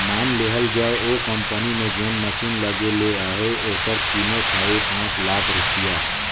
माएन लेहल जाए ओ कंपनी में जेन मसीन लगे ले अहे ओकर कीमेत हवे पाच लाख रूपिया